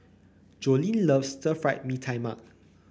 Joleen loves Stir Fried Mee Tai Mak